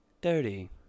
Dirty